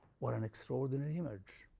what an extraordinary image.